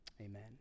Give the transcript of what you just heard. Amen